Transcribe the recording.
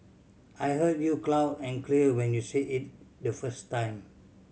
I heard you cloud and clear when you said it the first time